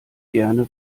gerne